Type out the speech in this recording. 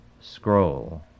Scroll